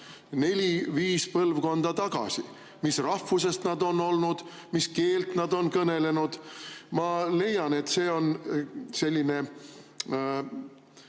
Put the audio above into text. neli-viis põlvkonda tagasi, mis rahvusest nad on olnud, mis keelt nad on kõnelenud. Ma leian, et see on selline